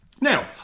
Now